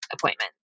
appointments